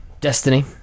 Destiny